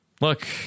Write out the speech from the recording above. Look